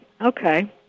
okay